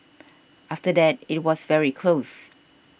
after that it was very close